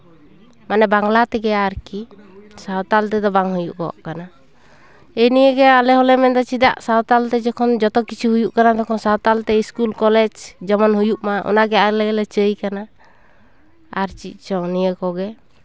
ᱢᱟᱱᱮ ᱵᱟᱝᱞᱟ ᱛᱮᱜᱮ ᱟᱨᱠᱤ ᱥᱟᱶᱛᱟᱞ ᱛᱮᱫᱚ ᱵᱟᱝ ᱦᱩᱭᱩᱜᱚᱜ ᱠᱟᱱᱟ ᱦᱮᱸᱜ ᱮ ᱱᱤᱭᱟᱹᱜᱮ ᱟᱞᱮ ᱦᱚᱸᱞᱮ ᱢᱮᱱᱫᱟ ᱪᱮᱫᱟᱜ ᱥᱟᱶᱛᱟᱞ ᱛᱮ ᱡᱚᱠᱷᱚᱱ ᱡᱚᱛᱚ ᱠᱤᱪᱷᱩ ᱦᱩᱭᱩᱜ ᱠᱟᱱᱟ ᱛᱚᱠᱷᱚᱱ ᱥᱟᱶᱛᱟᱞ ᱛᱮ ᱤᱥᱠᱩᱞ ᱠᱚᱞᱮᱡᱽ ᱡᱮᱢᱚᱱ ᱦᱩᱭᱩᱜ ᱢᱟ ᱚᱱᱟᱜᱮ ᱟᱞᱮ ᱦᱚᱸᱞᱮ ᱪᱟᱹᱭ ᱠᱟᱱᱟ ᱟᱨ ᱪᱮᱫ ᱪᱚᱝ ᱱᱤᱭᱟᱹ ᱠᱚᱜᱮ